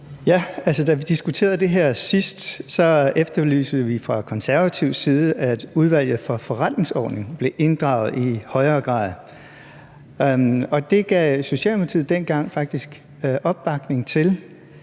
Da vi diskuterede det her sidst, efterlyste vi fra Konservatives side, at Udvalget for Forretningsordenen blev inddraget i højere grad, og det gav Socialdemokratiet dengang faktisk opbakning til.